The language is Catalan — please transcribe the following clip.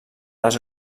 les